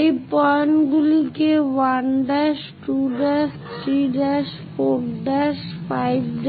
এই পয়েন্টগুলিকে 1 '2' 3 '4' 5 6